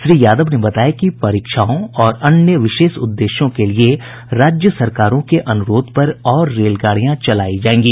श्री यादव ने बताया कि परीक्षाओं और अन्य विशेष उद्देश्यों के लिए राज्य सरकारों के अनुरोध पर और रेलगाड़ियां चलाई जाएंगी